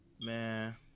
Man